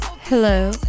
Hello